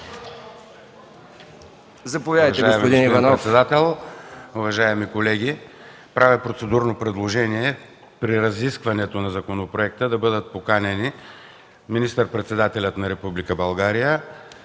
Заповядайте, господин Трайков.